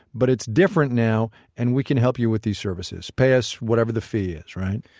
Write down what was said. but it's different now and we can help you with these services. pay us whatever the fee is, right?